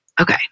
Okay